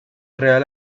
real